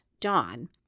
Dawn